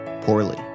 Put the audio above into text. Poorly